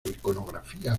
iconografía